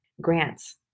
grants